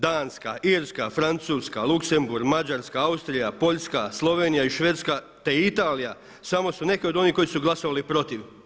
Danska, Irska, Francuska, Luxembourg, Mađarska, Austrija, Poljska, Slovenija i Švedska, te Italija samo su neke od onih koji su glasovali protiv.